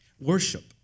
worship